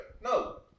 no